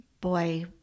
boy